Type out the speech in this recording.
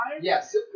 Yes